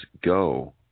go